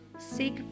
Seek